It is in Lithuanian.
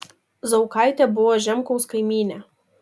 zaukaitė buvo žemkaus kaimynė